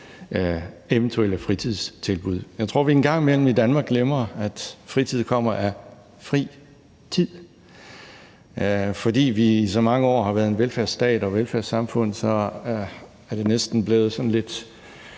eventuelle fritidstilbud. Jeg tror, at vi en gang imellem i Danmark glemmer, at fritid består af fri og tid. Fordi vi i så mange år har været en velfærdsstat og et velfærdssamfund, er det næsten blevet sådan lidt